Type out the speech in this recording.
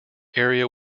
area